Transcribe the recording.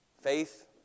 Faith